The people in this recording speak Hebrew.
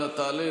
אנא, תעלה.